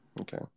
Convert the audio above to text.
Okay